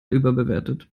überbewertet